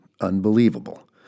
unbelievable